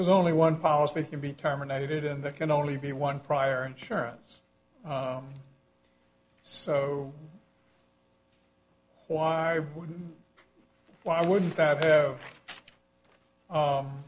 there's only one policy to be terminated and that can only be one prior insurance so why would why wouldn't that have